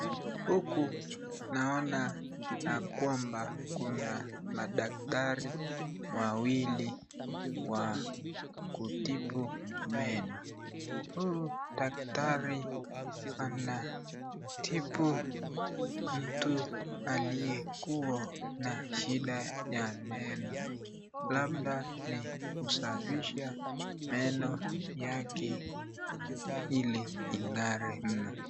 Huku naona ya kwamba kuna madaktari wawili wa kutibu meno, huyu daktari anatibu mtu aliyekuwa na shida ya meno labda ni kusafisha meno yake hili ing'are mno.